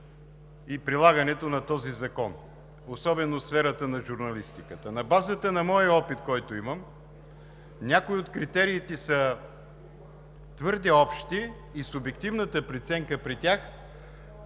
и прилагането на този закон, особено в сферата на журналистиката. На базата на опита, който имам, някои от критериите са твърде общи и субективната преценка при тях